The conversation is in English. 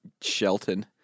Shelton